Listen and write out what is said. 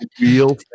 Real